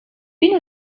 viene